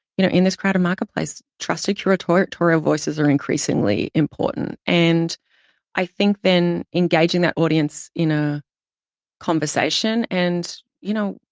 you know, in this crowded marketplace, trusted curatorial ah voices are increasingly important. and i think then engaging that audience in a conversation, and you know,